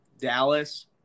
Dallas